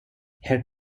her